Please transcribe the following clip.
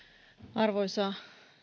arvoisa